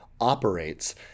operates